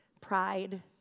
pride